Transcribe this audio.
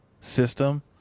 system